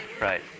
Right